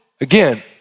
Again